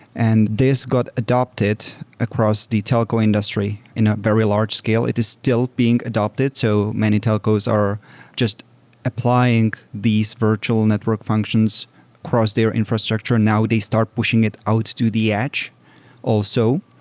and this got adapted across the telco industry in a very large-scale. it is still being adapted. so many telcos are just applying these virtual network functions across their infrastructure. now they start pushing it out to the edge also.